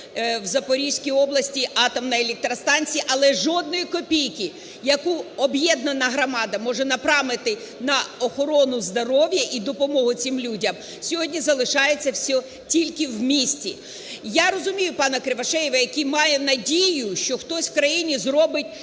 в Запорізькій області атомної електростанції. Але жодної копійки, яку об'єднана громада може направити на охорону здоров'я і допомогу цим людям, сьогодні залишається все тільки в місті. Я розумію пана Кривошея, який має надію, що хтось в країні зробить